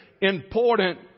important